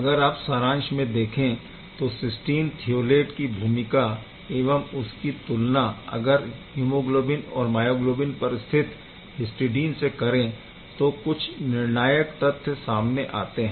अगर आप सारांश में देखे तो सिस्टीन थीयोलेट की भूमिका एवं इसकी तुलना अगर हीमोग्लोबिन और मायोग्लोबिन पर स्थित हिस्टडीन से करें तो कुछ निर्णायक तथ्य सामने आते है